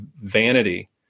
vanity